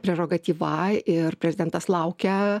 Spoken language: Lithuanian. prerogatyva ir prezidentas laukia